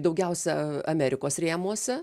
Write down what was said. daugiausia amerikos rėmuose